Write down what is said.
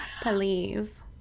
please